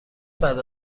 بعد